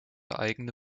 eigene